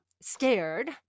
scared